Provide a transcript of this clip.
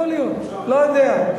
יכול להיות, לא יודע.